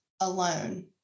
alone